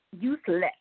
useless